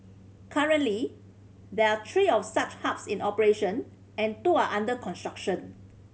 currently there are three of such hubs in operation and two are under construction